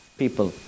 people